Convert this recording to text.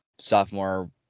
sophomore